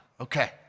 Okay